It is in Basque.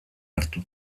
hartu